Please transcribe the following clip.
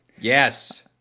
Yes